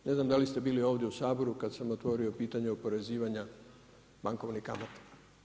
Ne znam da li ste bili ovdje u Saboru kad sam otvorio pitanje oporezivanja bankovne kamate.